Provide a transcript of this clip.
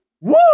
Woo